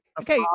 okay